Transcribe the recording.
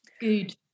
good